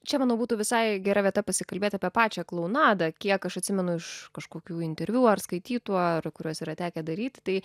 čia manau būtų visai gera vieta pasikalbėt apie pačią klounadą kiek aš atsimenu iš kažkokių interviu ar skaitytų ar kuriuos yra tekę daryt tai